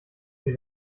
sie